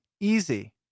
easy